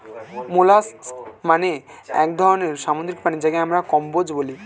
molluscs মানে এক ধরনের সামুদ্রিক প্রাণী যাকে আমরা কম্বোজ বলি